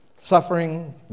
Suffering